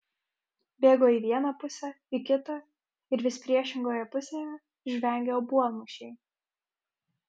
bėgo į vieną pusę į kitą ir vis priešingoje pusėje žvengė obuolmušiai